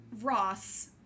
Ross